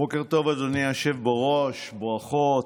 בוקר טוב אדוני היושב-ראש, ברכות.